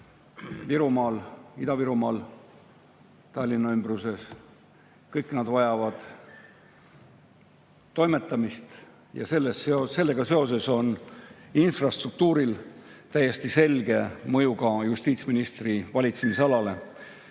Virumaal, Ida-Virumaal, Tallinna ümbruses. Kõik nad vajavad toimetamist ja sellega seoses on infrastruktuuril täiesti selge mõju ka justiitsministri valitsemisalale.